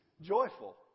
joyful